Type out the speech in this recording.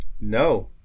No